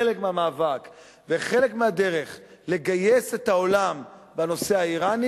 חלק מהמאבק וחלק מהדרך לגייס את העולם בנושא האירני